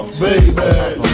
baby